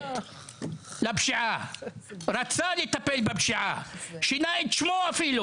אחרת לפשיעה, רצה לטפל בפשיעה ואפילו